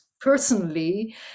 personally